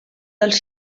dels